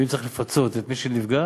ואם צריך לפצות את מי שנפגע,